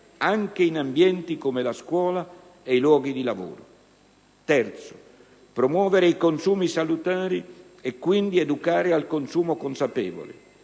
anche in ambienti come la scuola e i luoghi di lavoro; *c)*promuovere i consumi salutari e quindi educare al consumo consapevole.